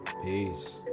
Peace